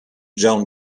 john